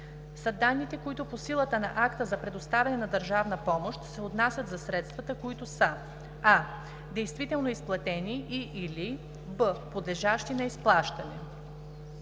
данните, които по силата на акта за предоставяне на държавна помощ се отнасят за средствата, които са: а) действително изплатени, и/или б) подлежащи на изплащане.